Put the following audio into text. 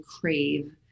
crave